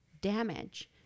damage